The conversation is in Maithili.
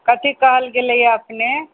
कथी कहल गेलैए अपने